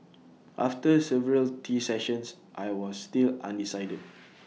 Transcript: after several tea sessions I was still undecided